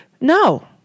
No